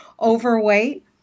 overweight